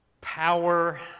power